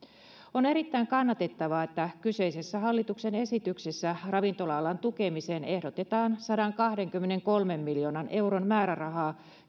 on erittäin kannatettavaa että kyseisessä hallituksen esityksessä ravintola alan tukemiseen ehdotetaan sadankahdenkymmenenkolmen miljoonan euron määrärahaa